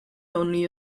only